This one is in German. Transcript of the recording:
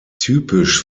typisch